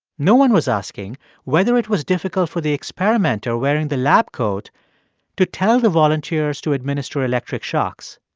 no one was asking whether it was difficult for the experimenter wearing the lab coat to tell the volunteers to administer electric shocks.